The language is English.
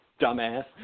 dumbass